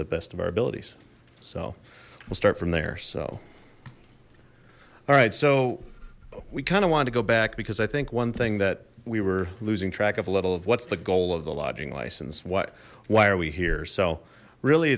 best of our abilities so we'll start from there so all right so we kind of want to go back because i think one thing that we were losing track of a little of what's the goal of the lodging license what why are we here so really